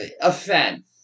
offense